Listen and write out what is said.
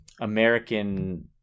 American